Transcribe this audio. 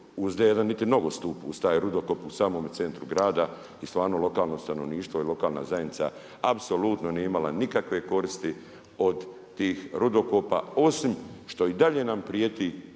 niti … niti nogostup uz taj rudokop u samome centru grada i stvarno lokalno stanovništvo i lokalna zajednica apsolutno nije imala nikakve koristi od tih rudokopa osim što i dalje nam prijeti